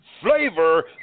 Flavor